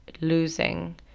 losing